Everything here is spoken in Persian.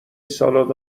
سالاد